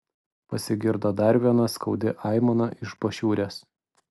pasigirdo dar viena skaudi aimana iš pašiūrės